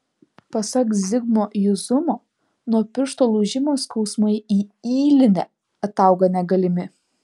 pasak zigmo juzumo nuo piršto lūžimo skausmai į ylinę ataugą negalimi